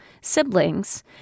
siblings